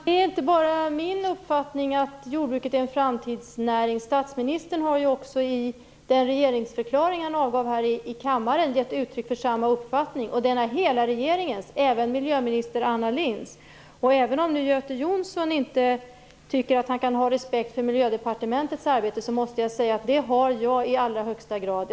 Herr talman! Det är inte bara min uppfattning att jordbruket är en framtidsnäring. Statsministern har i regeringsförklaringen gett uttryck för samma uppfattning, och den är hela regeringens, även miljöminister Anna Lindhs. Även om Göte Jonsson inte tycker att han kan ha respekt för Miljödepartementets arbete, måste jag säga att jag i allra högsta grad har det.